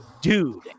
dude